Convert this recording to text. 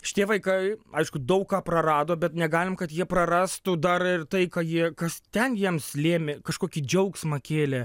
šitie vaikai aišku daug ką prarado bet negalim kad jie prarastų dar ir tai ką jie kas ten jiems lėmė kažkokį džiaugsmą kėlė